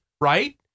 right